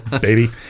baby